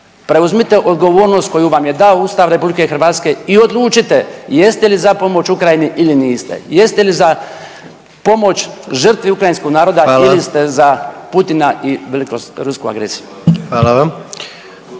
Preuzmite odgovornost koju vam je dao Ustav RH i odlučite jeste li za pomoć Ukrajini ili niste. Jeste li za pomoć žrtvi ukrajinskog naroda .../Upadica: Hvala./... ili ste za Putina i velikorusku agresiju.